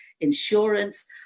insurance